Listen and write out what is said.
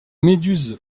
méduses